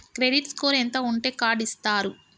Credit score ఎంత ఉంటే card ఇస్తారు?